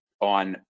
on